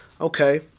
Okay